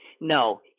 No